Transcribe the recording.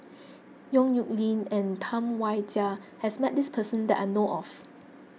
Yong Nyuk Lin and Tam Wai Jia has met this person that I know of